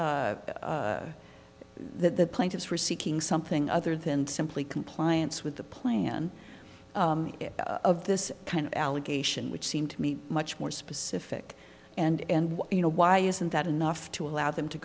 plaintiffs were seeking something other than simply compliance with the plan of this kind of allegation which seemed to me much more specific and you know why isn't that enough to allow them to